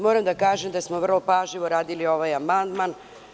Moram da kažem da smo vrlo pažljivo radili ovaj amandman.